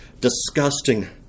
disgusting